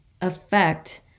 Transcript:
affect